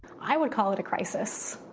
i would call it a crisis.